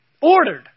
Ordered